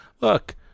look